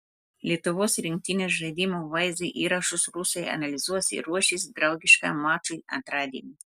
lietuvos rinktinės žaidimo vaizdo įrašus rusai analizuos ir ruošis draugiškam mačui antradienį